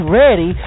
ready